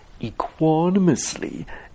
equanimously